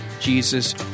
Jesus